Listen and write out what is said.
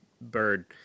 bird